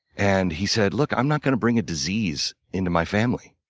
and he said, look, i'm not gonna bring a disease into my family.